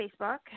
Facebook